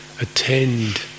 Attend